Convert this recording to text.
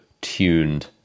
tuned